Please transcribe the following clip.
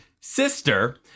sister